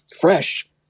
fresh